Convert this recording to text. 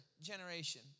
generation